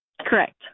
Correct